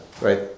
right